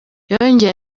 yongeye